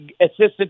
assistant